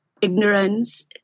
ignorance